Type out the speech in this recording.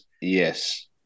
yes